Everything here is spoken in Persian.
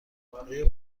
آیا